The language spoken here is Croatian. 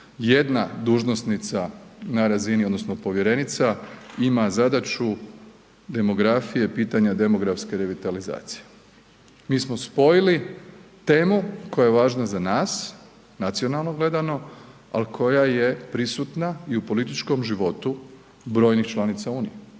jedna dužnosnica na razini odnosno povjerenica ima zadaću demografije, pitanja demografske revitalizacije. Mi smo spojili temu koja je važna za nas, nacionalno gledano, ali koja je prisutna i u političkom životu brojnih članica unije.